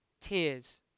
Tears